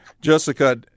Jessica